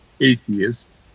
atheist